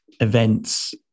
events